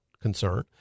concern